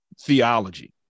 theology